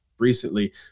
recently